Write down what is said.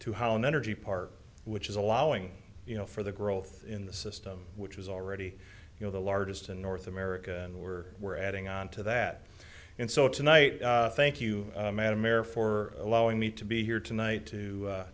to how an energy part which is allowing you know for the growth in the system which was already you know the largest in north america and we're we're adding on to that and so tonight thank you madam mayor for allowing me to be here tonight